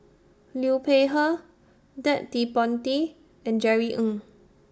Liu Peihe Ted De Ponti and Jerry Ng